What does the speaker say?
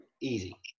Easy